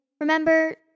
remember